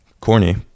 corny